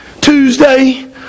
Tuesday